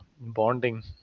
bonding